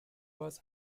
was